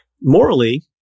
Morally